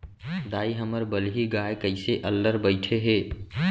दाई, हमर बलही गाय कइसे अल्लर बइठे हे